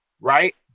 Right